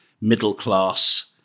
middle-class